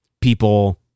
people